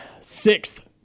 sixth